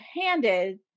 Handed